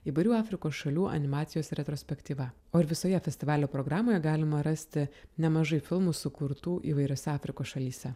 įvairių afrikos šalių animacijos retrospektyva o ir visoje festivalio programoje galima rasti nemažai filmų sukurtų įvairiose afrikos šalyse